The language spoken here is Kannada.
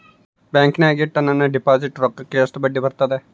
ಬ್ಯಾಂಕಿನಾಗ ಇಟ್ಟ ನನ್ನ ಡಿಪಾಸಿಟ್ ರೊಕ್ಕಕ್ಕ ಎಷ್ಟು ಬಡ್ಡಿ ಬರ್ತದ?